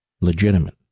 legitimate